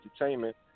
Entertainment